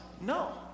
No